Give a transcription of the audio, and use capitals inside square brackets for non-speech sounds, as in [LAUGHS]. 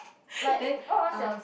[LAUGHS] then ah